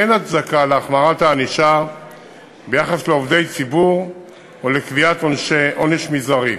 אין הצדקה להחמרת הענישה ביחס לעובדי ציבור או לקביעת עונש מזערי.